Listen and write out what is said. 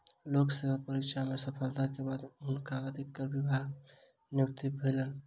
लोक सेवा परीक्षा में सफलता के बाद हुनका आयकर विभाग मे नियुक्ति भेलैन